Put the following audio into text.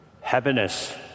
happiness